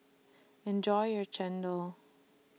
Enjoy your Chendol